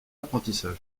apprentissage